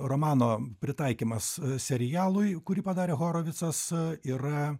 romano pritaikymas serialui kurį padarė horovicas yra